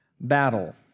battle